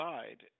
Side